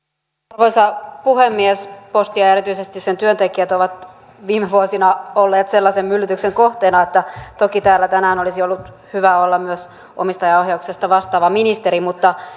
arvoisa puhemies posti ja erityisesti sen työntekijät ovat viime vuosina olleet sellaisen myllytyksen kohteena että toki täällä tänään olisi ollut hyvä olla myös omistajaohjauksesta vastaava ministeri mutta